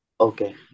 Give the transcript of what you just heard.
Okay